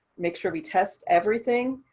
make sure we test everything,